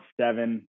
seven